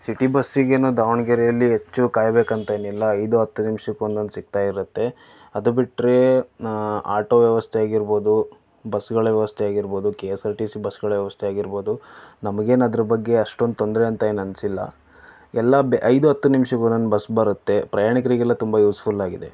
city ಬಸ್ಸಿಗೇನೂ ದಾವಣಗೆರೆಯಲ್ಲಿ ಹೆಚ್ಚು ಕಾಯ್ಬೇಕಂತೇನಿಲ್ಲ ಐದು ಹತ್ತು ನಿಮಿಷಕ್ಕೊಂದೊಂದು ಸಿಕ್ತಾ ಇರುತ್ತೆ ಅದು ಬಿಟ್ಟರೆ ಆಟೋ ವ್ಯವಸ್ಥೆ ಆಗಿರ್ಬೋದು ಬಸ್ಗಳ ವ್ಯವಸ್ಥೆ ಆಗಿರ್ಬೋದು K S R T C ಬಸ್ಗಳ ವ್ಯವಸ್ಥೆ ಆಗಿರ್ಬೋದು ನಮ್ಗೇನದ್ರ ಬಗ್ಗೆ ಅಷ್ಟೊಂದು ತೊಂದರೆ ಅಂತೇನನ್ಸಿಲ್ಲ ಎಲ್ಲ ಐದು ಹತ್ತು ನಿಮಷಕ್ಕೊಂದೊಂದು ಬಸ್ ಬರುತ್ತೆ ಪ್ರಯಾಣಿಕರಿಗೆಲ್ಲ ತುಂಬ ಯೂಸ್ಫುಲ್ಲಾಗಿದೆ